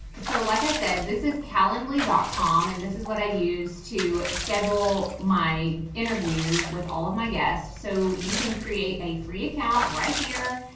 so like i said, this is calland lee com. and this is what i use to schedule my interviews with all of my guests. so you can create a free account right here.